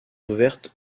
ouvertes